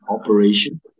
operation